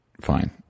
Fine